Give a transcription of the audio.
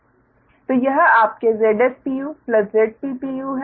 तो यह आपके Zs Zp है